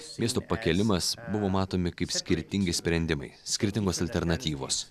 miesto pakėlimas buvo matomi kaip skirtingi sprendimai skirtingos alternatyvos